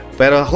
pero